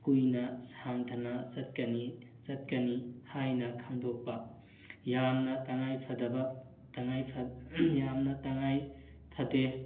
ꯀꯨꯏꯅ ꯁꯥꯡꯊꯅ ꯆꯠꯀꯅꯤ ꯆꯠꯀꯅꯤ ꯍꯥꯏꯅ ꯈꯪꯗꯣꯛꯄ ꯌꯥꯝꯅ ꯇꯥꯉꯥꯏ ꯐꯗꯕ ꯇꯉꯥꯏ ꯐ ꯌꯥꯝꯅ ꯇꯥꯉꯥꯏ ꯐꯗꯦ